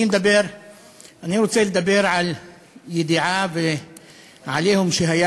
אני רוצה לדבר על ידיעה ו"עליהום" שהיה